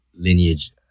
lineage